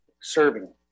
Serving